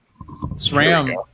SRAM